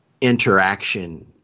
interaction